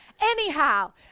Anyhow